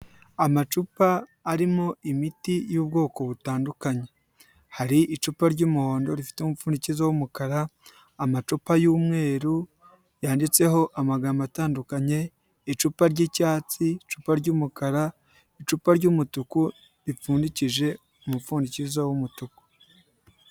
Amacupa arimo imiti y'ubwoko butandukanye, hari icupa ry'umuhondo rifite umupfundikizo w'umukara, amacupa y'umweru yanditseho amagambo atandukanye, icupa ry'icyatsi, icupa ry'umukara, icupa ry'umutuku ripfundikije umupfundikizo w'umutuku.